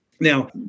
Now